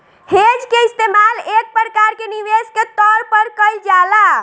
hedge के इस्तेमाल एक प्रकार के निवेश के तौर पर कईल जाला